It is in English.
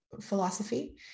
philosophy